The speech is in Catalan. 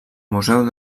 museu